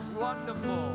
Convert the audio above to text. Wonderful